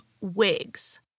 wigs